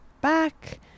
back